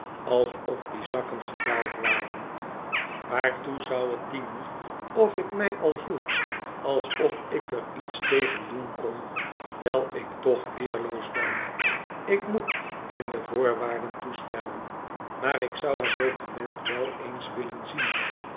alsof die zakken gedaald waren waartoe zou het dienen of ik mij al hield alsof ik er iets tegen doen kon terwijl ik toch weerloos ben ik moet in de voorwaarden toestemmen maar ik zou het document wel eens willen zien